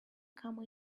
come